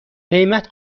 قیمت